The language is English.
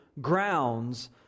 grounds